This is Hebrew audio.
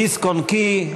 דיסק-און-קי,